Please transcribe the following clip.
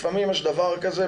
לפעמים יש דבר כזה,